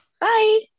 Bye